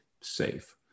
safe